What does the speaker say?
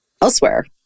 elsewhere